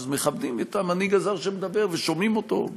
אז מכבדים את המנהיג הזר שמדבר ושומעים אותו.